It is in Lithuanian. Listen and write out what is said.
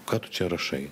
ką tu čia rašai